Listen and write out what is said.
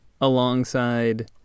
alongside